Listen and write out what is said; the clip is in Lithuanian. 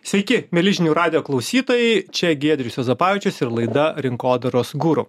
sveiki mieli žinių radijo klausytojai čia giedrius juozapavičius ir laida rinkodaros guru